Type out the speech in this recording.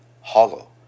hollow